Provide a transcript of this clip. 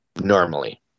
normally